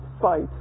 fight